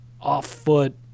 off-foot